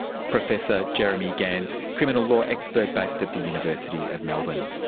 professor jeremy gans, criminal law expert based at the university of melbourne.